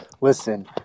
listen